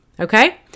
Okay